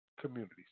communities